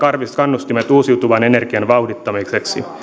kannustimet uusiutuvan energian vauhdittamiseksi